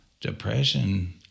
Depression